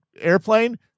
airplane